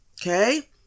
okay